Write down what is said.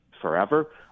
forever